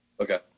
Okay